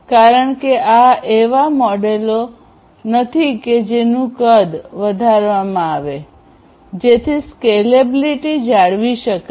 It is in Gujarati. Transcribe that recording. કારણ કે આ એવા મોડેલો નથી કે જેનું કદ વધારવામાં આવે જેથી સ્કેલેબિલીટી જાળવી શકાય